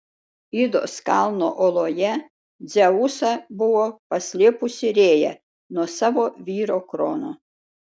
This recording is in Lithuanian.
idos kalno oloje dzeusą buvo paslėpusi rėja nuo savo vyro krono